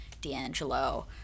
D'Angelo